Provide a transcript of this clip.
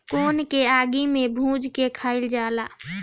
कोन के आगि में भुज के खाइल जाला